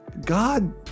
God